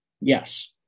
Yes